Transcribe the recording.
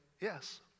yes